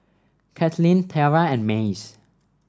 Kaitlin Tiara and Mace